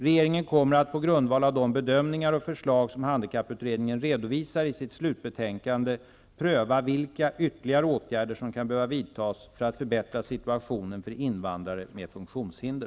Regeringen kommer att på grundval av de bedömningar och förslag som handikapputredningen redovisar i sitt slutbetänkande pröva vilka ytterligare åtgärder som kan behöva vidtas för att förbättra situationen för invandrare med funktionshinder.